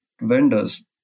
vendors